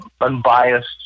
unbiased